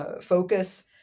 focus